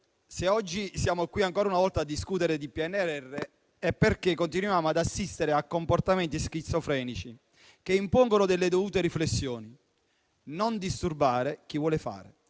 se oggi siamo qui a discutere ancora una volta di PNRR è perché continuiamo ad assistere a comportamenti schizofrenici, che impongono dovute riflessioni. «Non disturbare chi vuole fare»